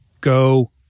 Go